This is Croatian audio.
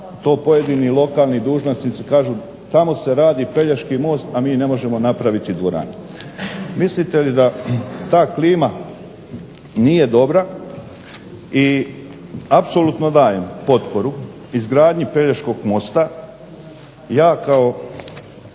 to pojedini lokalni dužnosnici kažu tamo se radi Pelješki most, a mi ne možemo napraviti dvoranu. Mislite li da ta klima nije dobra i apsolutno dajem potporu izgradnji Pelješkog mosta. Ja kao